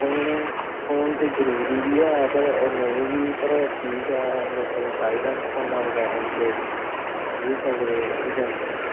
हून फोन ते जरूरी बी ऐ ते नेईं बी पर ठीक ऐ लोकें गी चाहिदा फोनै बगैरा निं लोग रेही सकदे ठीक ऐ